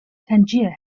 tangier